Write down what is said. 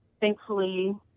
thankfully